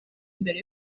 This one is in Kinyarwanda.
mbere